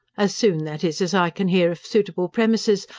as soon, that is, as i can hear of suitable premises.